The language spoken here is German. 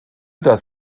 das